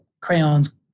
crayons